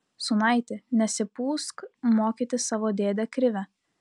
sūnaiti nesipūsk mokyti savo dėdę krivę